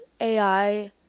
AI